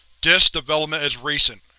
this development is recent,